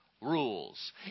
rules